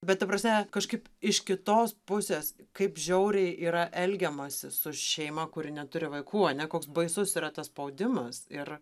bet ta prasme kažkaip iš kitos pusės kaip žiauriai yra elgiamasi su šeima kuri neturi vaikų ane koks baisus yra tas spaudimas ir